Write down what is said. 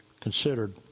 considered